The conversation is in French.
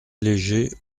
léger